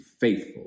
faithful